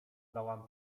zdołam